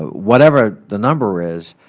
whatever the number is,